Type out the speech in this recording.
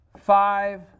five